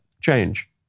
change